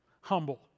Humble